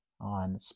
on